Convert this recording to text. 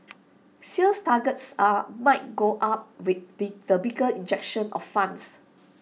sales targets are might go up with be the bigger injection of funds